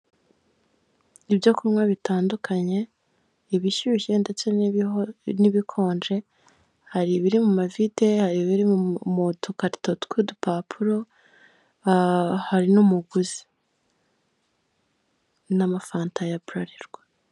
Ibyo kunywa bitandukanye ibishyushye ndetse n'ibikonje, hari ibiri mu mavide, hari ibiri mu dukarito tw'udupapuro, hari n'umuguzi, n'amafanta ya Bralirwa.